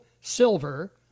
Silver